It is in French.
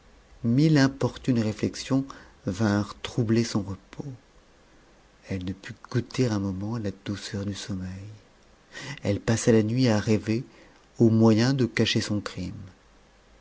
e importunes réflexions vinrenttroublerson repos elle ne put goûter un moment la douceur du sommeil elfe passa la nuit à rever aux moyens de cacher son crime